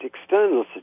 external